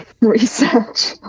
research